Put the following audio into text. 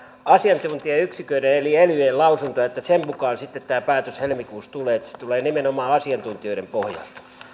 asiantuntijayksiköiden eli elyjen lausuntoja että sen mukaan sitten tämä päätös helmikuussa tulee että se tulee nimenomaan asiantuntijoiden pohjalta